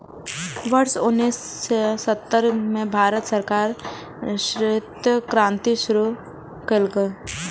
वर्ष उन्नेस सय सत्तर मे भारत सरकार श्वेत क्रांति शुरू केलकै